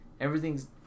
everything's